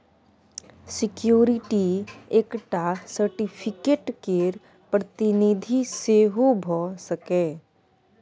security एकटा certificate केर प्रतिनिधि सेहो भ सकैए